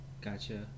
gotcha